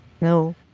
No